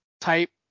type